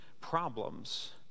problems